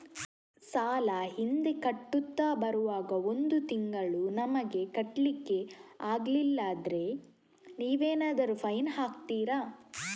ಸಾಲ ಹಿಂದೆ ಕಟ್ಟುತ್ತಾ ಬರುವಾಗ ಒಂದು ತಿಂಗಳು ನಮಗೆ ಕಟ್ಲಿಕ್ಕೆ ಅಗ್ಲಿಲ್ಲಾದ್ರೆ ನೀವೇನಾದರೂ ಫೈನ್ ಹಾಕ್ತೀರಾ?